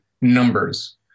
numbers